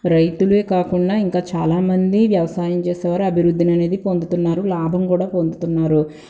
రైతులే కాకుండా ఇంకా చాలా మంది వ్యవసాయం చేసేవారు అభివృద్ధి అనేది పొందుతున్నారు లాభం కూడా పొందుతున్నారు